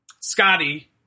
Scotty